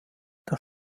das